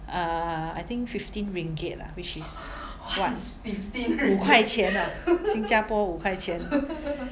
err I think fifteen ringgit lah which is what 五块钱 ah 新加坡五块钱